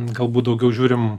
galbūt daugiau žiūrim